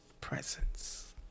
presence